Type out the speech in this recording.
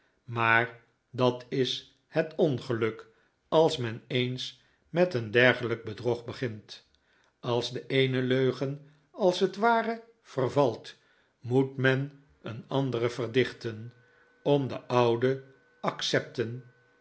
maar dat is het ongeluk als men eens met een dergelijk bedrog begint als de eene leugen als het ware vervalt moet men een andere verdichten om de oude accepten